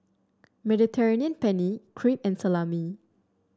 Mediterranean Penne Crepe and Salami